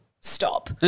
stop